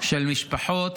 של משפחות,